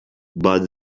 but